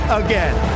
again